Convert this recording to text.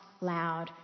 loud